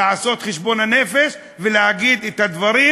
לעשות את חשבון הנפש ולהגיד את הדברים